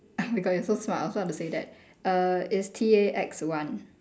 oh my god you so smart I also want to say that err it's T A X one